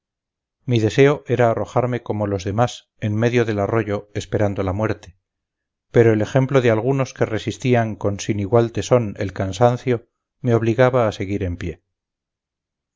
mi deseo era arrojarme como los demás en medio del arroyo esperando la muerte pero el ejemplo de algunos que resistían con sin igual tesón el cansancio me obligaba a seguir en pie